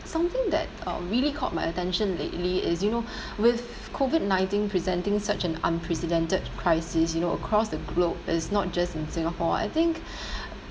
something that um really caught my attention lately is you know with COVID nineteen presenting such an unprecedented crisis you know across the globe it's not just in Singapore I think